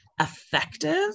effective